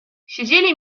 siedzieli